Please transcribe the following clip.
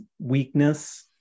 weakness